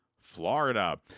Florida